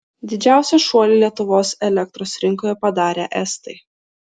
didžiausią šuolį lietuvos elektros rinkoje padarė estai